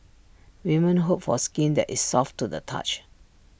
women hope for skin that is soft to the touch